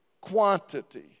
quantity